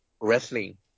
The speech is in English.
wrestling